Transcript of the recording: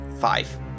Five